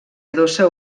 adossa